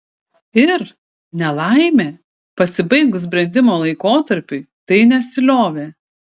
ir nelaimė pasibaigus brendimo laikotarpiui tai nesiliovė